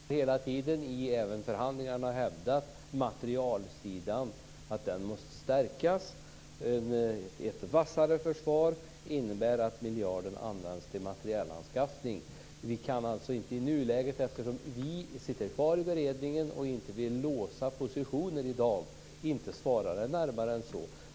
Fru talman! Jag tyckte nog att jag svarade på den frågan. Folkpartiet har hela tiden, även i förhandlingarna, hävdat att materielsidan måste stärkas. Ett vassare försvar innebär att miljarden används till materielanskaffning. Eftersom vi sitter kvar i beredningen och inte vill låsa positionerna i dag kan vi inte svara närmare än så.